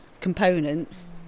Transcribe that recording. components